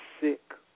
sick